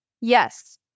Yes